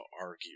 argue